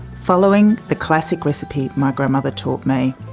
following the classic recipe my grandmother taught me.